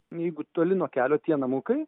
jeigu toli nuo kelio tie namukai